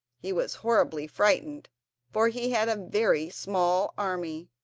he was horribly frightened for he had a very small army,